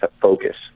focus